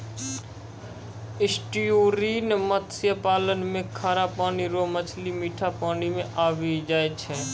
estuarine मत्स्य पालन मे खारा पानी रो मछली मीठा पानी मे आबी जाय छै